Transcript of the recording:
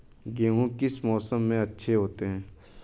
गेहूँ किस मौसम में अच्छे होते हैं?